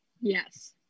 Yes